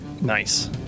Nice